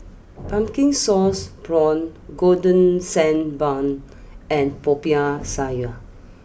Pumpkin Sauce Prawns Golden Sand Bun and Popiah Sayur